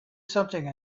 something